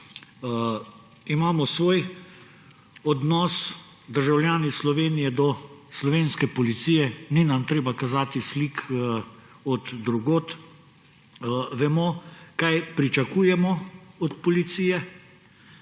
imamo svoj odnos do slovenske policije. Ni nam treba kazati slik od drugod. Vemo, kaj pričakujemo od policije.